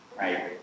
Right